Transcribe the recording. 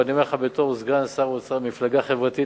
ואני אומר לך בתור סגן שר האוצר ממפלגה חברתית,